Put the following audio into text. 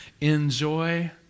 enjoy